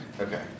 Okay